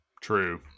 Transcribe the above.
True